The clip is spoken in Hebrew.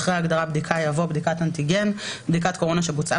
אחרי ההגדרה 'בדיקה' יבוא: ""בדיקת אנטיגן" בדיקת קורונה שבוצעה